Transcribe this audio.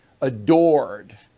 adored